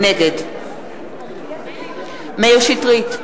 נגד מאיר שטרית,